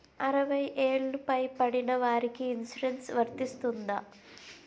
అరవై ఏళ్లు పై పడిన వారికి ఇన్సురెన్స్ వర్తిస్తుందా?